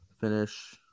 finish